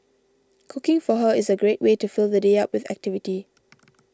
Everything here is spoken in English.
cooking for her is a great way to fill the day up with activity